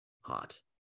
hot